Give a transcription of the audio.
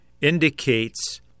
indicates